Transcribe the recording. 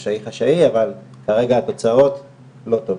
חשאי, חשאי, אבל כרגע התוצאות לא טובות.